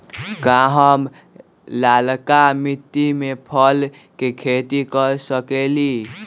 का हम लालका मिट्टी में फल के खेती कर सकेली?